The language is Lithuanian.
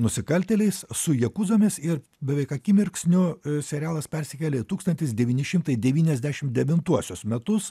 nusikaltėliais su jekuzomis ir beveik akimirksniu serialas persikelia į tūkstantis devyni šimtai devyniasdešim devintuosius metus